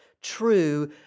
true